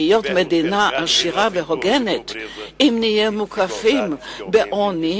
מדינה עשירה והוגנת אם נהיה מוקפים בעוני